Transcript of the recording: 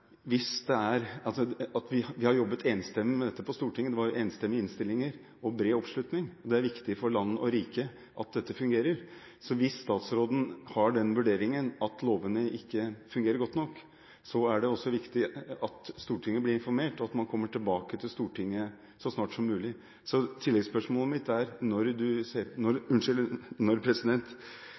var enstemmige innstillinger og bred oppslutning – er at det er viktig for land og rike at dette fungerer. Hvis statsråden har den vurderingen at lovene ikke fungerer godt nok, er det også viktig at Stortinget blir informert, og at man kommer tilbake til Stortinget så snart som mulig. Så tilleggsspørsmålet mitt er: Når ser